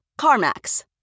CarMax